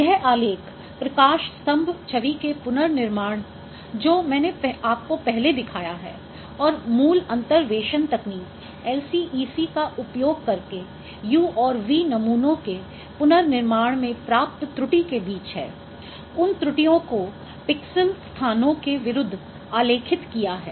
यह आलेख प्रकाशस्तंभ छवि के पुनर्निर्माण जो मैंने आपको पहले दिखाया है और मूल अंतर्वेशन तकनीक LCEC का उपयोग करके U और V नमूनों के पुनर्निर्माण में प्राप्त त्रुटि के बीच है उन त्रुटियों को पिक्सेल स्थानों के विरुद्ध आलेखित किया है